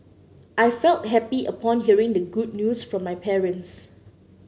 I felt happy upon hearing the good news from my parents